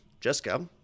Jessica